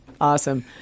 awesome